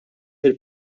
fil